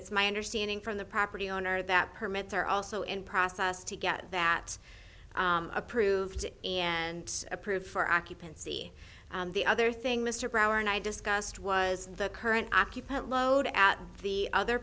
it's my understanding from the property owner that permits are also in process to get that approved and approved for occupancy the other thing mr brower and i discussed was the current occupant load at the other